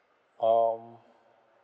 um